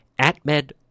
AtMed